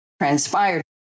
transpired